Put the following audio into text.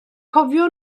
cofio